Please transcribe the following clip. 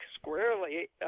squarely